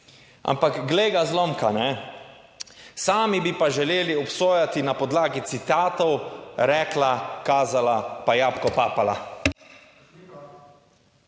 Ampak glej ga zlomka, ne sami bi pa želeli obsojati na podlagi citatov rekla kazala pa jabolko papala.